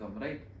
right